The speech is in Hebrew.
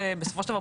בסופו של דבר,